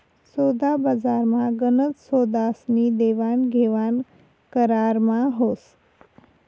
सोदाबजारमा गनच सौदास्नी देवाणघेवाण करारमा व्हस